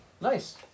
nice